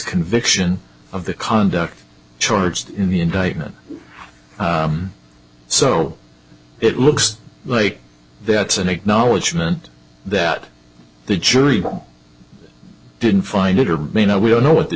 conviction of the conduct charged in the indictment so it looks like that's an acknowledgement that the jury will didn't find it or be no we don't know what the